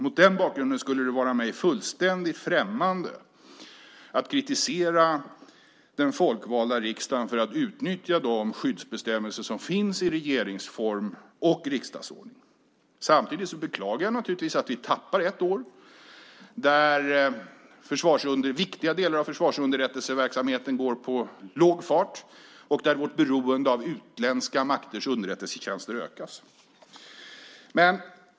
Mot den bakgrunden skulle det vara mig fullständigt främmande att kritisera den folkvalda riksdagen för att utnyttja de skyddsbestämmelser som finns i regeringsformen och riksdagsordningen. Samtidigt beklagar jag naturligtvis att vi tappar ett år då viktiga delar av försvarsunderrättelseverksamheten går på låg fart, och där vårt beroende av utländska makters underrättelsetjänster ökas.